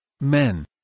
Men